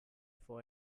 for